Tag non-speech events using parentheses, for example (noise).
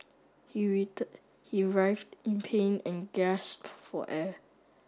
he (unintelligible) he writhed in pain and gasped for air